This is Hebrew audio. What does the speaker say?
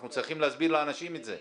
אנחנו צריכים להסביר לאנשים את זה.